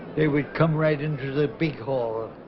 they would come right into the b hall